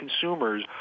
consumers